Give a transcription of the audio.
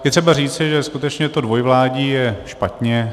Je třeba říci, že skutečně dvojvládí je špatné.